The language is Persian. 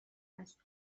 است